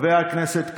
חבר הכנסת כץ,